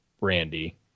Randy